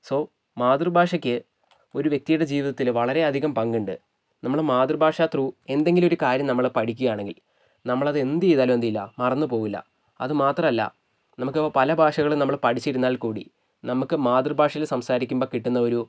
so മാതൃഭാഷയ്ക്ക് ഒരു വ്യക്തിയുടെ ജീവിതത്തിൽ വളരെയധികം പങ്കുണ്ട് നമ്മൾ മാതൃഭാഷ ത്രു എന്തെങ്കിലുമൊരു കാര്യം നമ്മള് പഠിക്കുകയാണെങ്കിൽ നമ്മൾ എന്തുചെയ്യുകയാണെങ്കിലും എന്തില്ല മറന്നുപോകില്ല അത് മാത്രമല്ല നമുക്ക് പല ഭാഷകളും പഠിച്ചിരുന്നാൽ കൂടി നമുക്ക് മാതൃഭാഷയിൽ സംസാരിക്കുമ്പോൾ കിട്ടുന്ന ഒരു